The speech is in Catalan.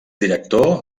director